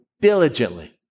diligently